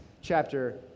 chapter